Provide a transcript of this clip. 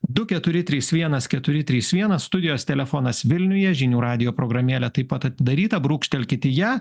du keturi trys vienas keturi trys vienas studijos telefonas vilniuje žinių radijo programėlė taip pat atidaryta brūkštelkit į ją